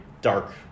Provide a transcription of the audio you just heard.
dark